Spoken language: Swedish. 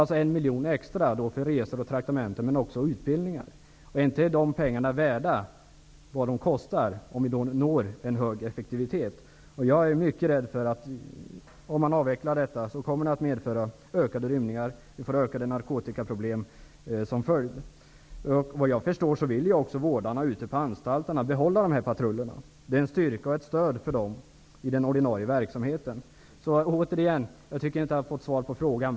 Den extra miljonen går till resor och traktamenten men också utbildningar. Är inte den verksamheten värd de pengar den kostar om man når en hög effektivitet? Jag är mycket rädd för, att om man avvecklar verksamheten kommer det att medföra ökat antal rymningar och större narkotikaproblem. Såvitt jag förstår vill också vårdarna ute på anstalterna behålla dessa patruller. De är en styrka och ett stöd för dem i den ordinarie verksamheten. Jag tycker inte att jag har fått svar på frågan.